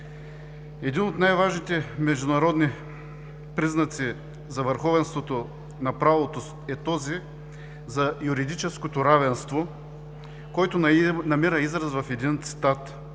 Един от най-важните международни признаци за върховенството на правото е този за юридическото равенство, който намира израз в един цитат,